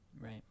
Right